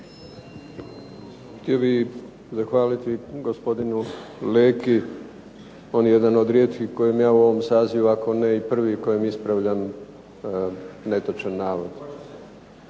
Htio bih zahvaliti gospodinu Leki, on je jedan od rijetkih kojem ja u ovom sazivu, ako ne i prvi kojem ispravljam netočan navod.